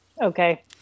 Okay